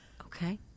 Okay